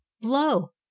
blow